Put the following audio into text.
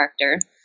character